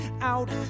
out